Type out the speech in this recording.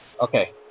Okay